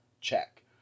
Check